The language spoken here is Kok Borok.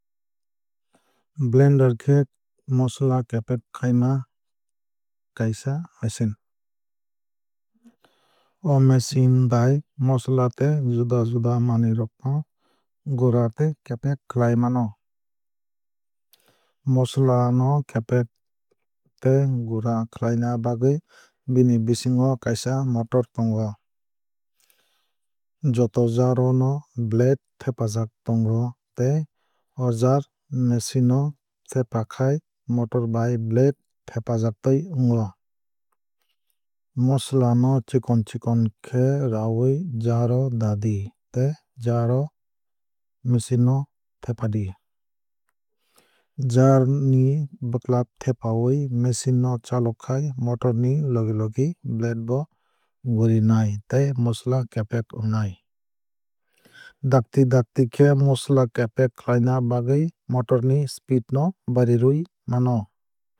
Blender khe mosola kepek khaima kaisa machine. O machine bai mosola tei juda juda manwui rok no gura tei kepek khlai mano. Mosola no kepek tei gura khlaina bagwui bini bisingo kaisa motor tongo. Joto jar o no blade thepajak tongo tei o jar machine o thepakhai motor bai blade thepajaktwui wngo. Mosola no chikon chikon khe rawui jar o dadi tei jar no machine o thepadi. Jar ni bwklap thepawui machine no chalokhai motor ni logi logi blade bo gurinai tei mosola kepek wngnai. Dakti dakti khe mosola kepek khlaina bagwui motor ni speed no barirwui mano.